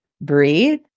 breathe